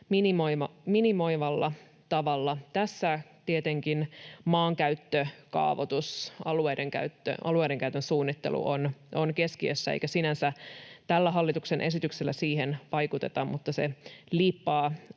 minimoivalla tavalla. Tässä tietenkin maankäyttö, kaavotus, alueidenkäytön suunnittelu ovat keskiössä, eikä sinänsä tällä hallituksen esityksellä siihen vaikuteta, mutta se liippaa